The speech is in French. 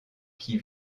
qui